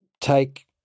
take